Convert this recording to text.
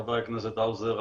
חבר הכנסת האוזר,